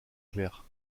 clairs